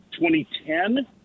2010